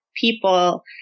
people